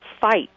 fight